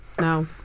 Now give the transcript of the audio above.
no